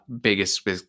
biggest